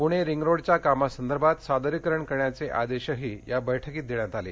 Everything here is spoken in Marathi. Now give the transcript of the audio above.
पूणे रिंग रोडच्या कामासंदर्भात सादरीकरण करण्याचे आदेशही या बैठकीत देण्यात आले